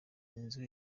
inzu